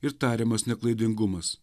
ir tariamas neklaidingumas